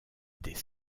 des